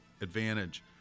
advantage